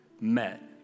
met